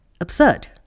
absurd